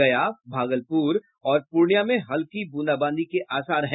गया भागलपुर और पूर्णियां में हल्की बूंदाबांदी के आसार हैं